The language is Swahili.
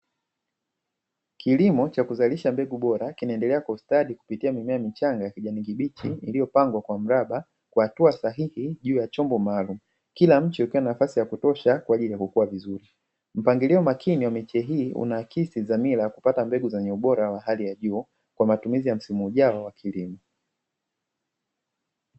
Kilimo cha kuzalisha mbegu bora kinaendelea kwa kustadi kupitia mimea michanga ya kijani kibichi iliyopangwa kwa mraba kwa hatua sahihi juu ya chombo maalumu; kila mche ukiwa na nafasi ya kutosha kwa ajili ya kukuwa vizuri mpangilio makini wa miche hii unaakisi dhamira ya kupata mbegu zenye ubora wa hali ya juu kwa matumizi ya msimu ujao wa kilimo.